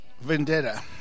vendetta